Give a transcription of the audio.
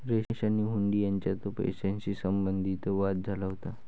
रमेश आणि हुंडी यांच्यात पैशाशी संबंधित वाद झाला होता